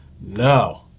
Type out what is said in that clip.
No